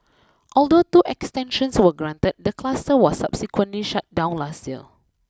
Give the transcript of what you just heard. although two extensions were granted the cluster was subsequently shut down last year